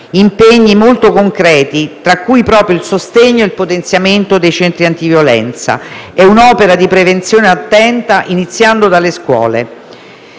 impegni molto concreti, tra cui proprio il sostegno e il potenziamento dei centri antiviolenza e un'opera di prevenzione attenta, iniziando dalle scuole.